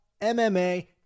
MMA